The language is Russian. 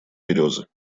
березы